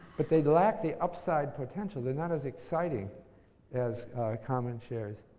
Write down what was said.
but they lack the upside potential. they're not as exciting as common shares.